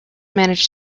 managed